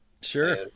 Sure